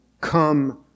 Come